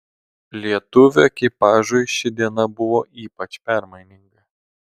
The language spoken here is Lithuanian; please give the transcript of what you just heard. lietuvių ekipažui ši diena buvo ypač permaininga